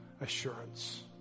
assurance